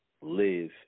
live